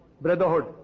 brotherhood